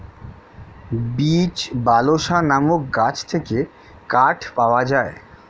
beech, balsa নামক গাছ থেকে কাঠ পাওয়া যায়